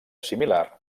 similar